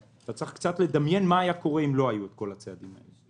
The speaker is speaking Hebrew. צריך קצת לדמיין מה היה קורה לו לא היו כל הצעדים האלה.